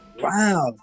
Wow